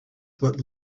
what